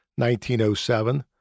1907